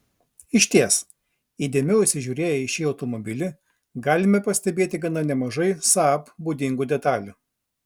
išties įdėmiau įsižiūrėję į šį automobilį galime pastebėti gana nemažai saab būdingų detalių